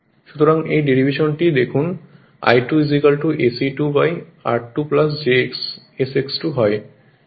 সুতরাং এই ডেরিভেশনটি দেখুন I2 SE2 r2 j SX2 হয়